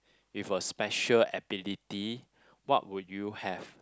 with a special ability what would you have